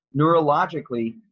Neurologically